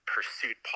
pursuit